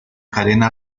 cadena